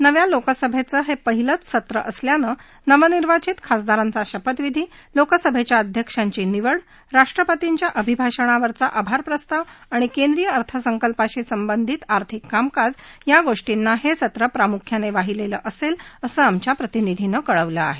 नव्या लोकसभेचं हे पहिलंच सत्र असल्यानं नवनिर्वाचित खासदारांचा शपथविधी लोकसभेच्या अध्यक्षांची निवड राष्ट्रपतींच्या अभिभाषणावरील आभार प्रस्ताव आणि केंद्रीय अर्थसंकल्पाशी संबंधित आर्थिक कामकाज या गोष्टींना हे सत्र प्रामुख्याने वाहीलेलं असेल असं आमच्या प्रतिनिधीनं कळवलं आहे